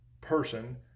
person